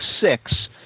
six